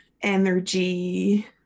energy